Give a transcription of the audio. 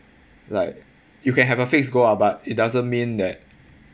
like you can have a fixed goal ah but it doesn't mean that